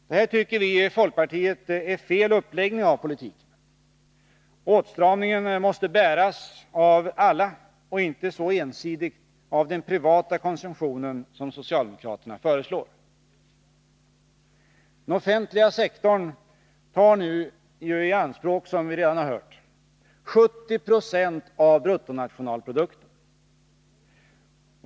Det tycker vi i folkpartiet är en felaktig uppläggning av politiken. Åtstramningen måste bäras av alla och inte så ensidigt av den privata konsumtionen som socialdemokraterna föreslår. Den offentliga sektorn tar i anspråk, som vi redan har hört, 70 96 av bruttonationalprodukten.